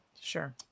Sure